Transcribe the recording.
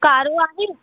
कारो आहे